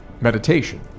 Meditation